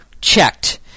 checked